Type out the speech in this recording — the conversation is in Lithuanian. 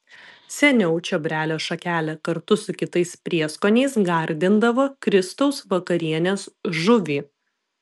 seniau čiobrelio šakele kartu su kitais prieskoniais gardindavo kristaus vakarienės žuvį